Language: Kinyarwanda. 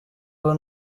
uwo